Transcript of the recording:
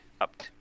up